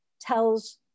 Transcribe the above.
tells